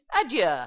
adieu